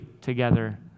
together